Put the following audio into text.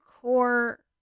core